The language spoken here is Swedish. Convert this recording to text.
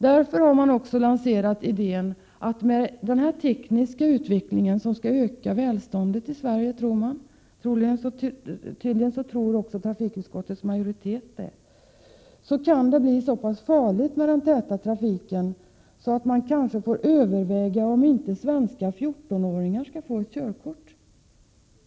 Man har lanserat dem därför att man tror att denna tekniska utveckling skall öka välståndet i Sverige — och tydligen tror också trafikutskottets majoritet det. Den här täta trafiken kan bli så pass ofarlig att man kanske får överväga att låta 14-åringar i Sverige ta körkort.